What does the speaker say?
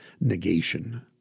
negation